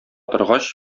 торгач